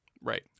Right